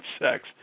sex